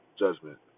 judgment